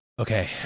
Okay